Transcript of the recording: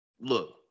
Look